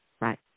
right